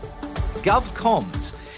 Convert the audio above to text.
GovComs